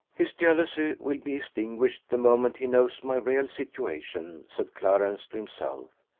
his jealousy will be extinguished the moment he knows my real situation, said clarence to himself.